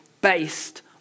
based